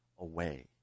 away